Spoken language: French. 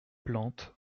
plantes